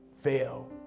fail